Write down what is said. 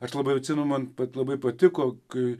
aš labai atsimenu man labai patiko kai